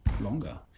longer